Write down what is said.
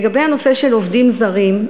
לגבי הנושא של עובדים זרים.